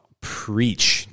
preach